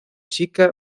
chica